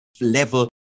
level